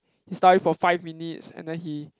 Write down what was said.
he study for five minutes and then he